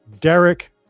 Derek